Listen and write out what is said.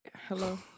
Hello